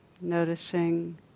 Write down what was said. noticing